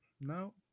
No